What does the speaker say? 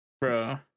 bro